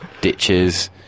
ditches